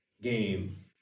game